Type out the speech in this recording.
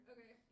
Okay